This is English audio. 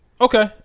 Okay